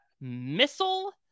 Missile